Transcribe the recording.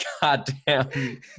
goddamn